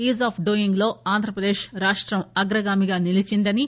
ease of డూయింగ్లో ఆంధ్రప్రదేశ్ రాష్టం అగ్రగామిగా నిలిచిందని